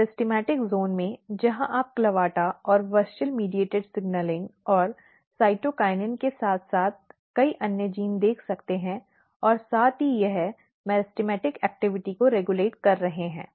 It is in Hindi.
मेरिस्टेमेटिक ज़ोन में जहाँ आप CLAVATA और WUSCHEL मध्यस्थता सिग्नलिंग और साइटोकिनिन के साथ साथ कई अन्य जीन देख सकते हैं और साथ ही वे मेरिस्टेमेटिक गतिविधि को रेग्यूलेट कर रहे हैं